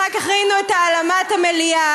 אחר כך ראינו את העלמת המליאה,